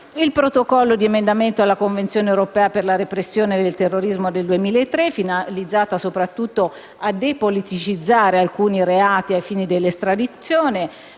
il Protocollo di emendamento alla Convenzione europea per la repressione del terrorismo del 2003, finalizzata a «depoliticizzare» alcuni reati ai fini dell'estradizione;